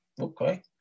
okay